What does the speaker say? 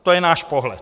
To je náš pohled.